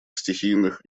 стихийных